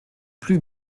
plus